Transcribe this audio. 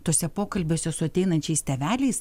tuose pokalbiuose su ateinančiais tėveliais